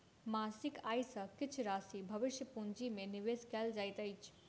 मासिक आय सॅ किछ राशि भविष्य पूंजी में निवेश कयल जाइत अछि